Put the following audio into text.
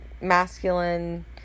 masculine